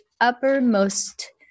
uppermost